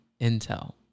Intel